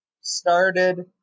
started